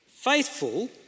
Faithful